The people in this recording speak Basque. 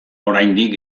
oraindik